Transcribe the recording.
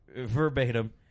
verbatim